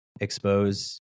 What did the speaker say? expose